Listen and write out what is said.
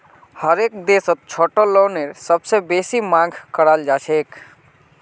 हरेक देशत छोटो लोनेर सबसे बेसी मांग कराल जाछेक